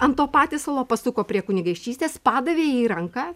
ant to patiesalo pasuko prie kunigaikštystės padavė jai ranką